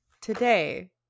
today